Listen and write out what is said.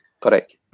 Correct